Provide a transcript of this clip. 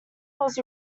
was